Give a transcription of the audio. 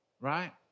Right